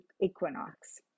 equinox